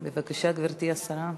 בבקשה, גברתי השרה.